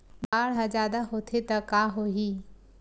बाढ़ ह जादा होथे त का होही?